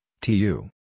TU